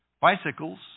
bicycles